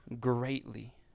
greatly